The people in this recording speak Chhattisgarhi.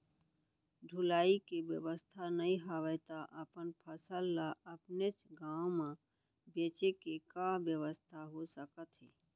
ढुलाई के बेवस्था नई हवय ता अपन फसल ला अपनेच गांव मा बेचे के का बेवस्था हो सकत हे?